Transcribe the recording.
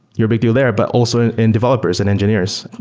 you're a big deal there. but also in developers and engineers.